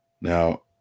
now